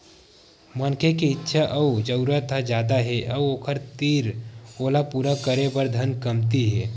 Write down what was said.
मनखे के इच्छा अउ जरूरत ह जादा हे अउ ओखर तीर ओला पूरा करे बर धन कमती हे